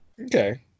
okay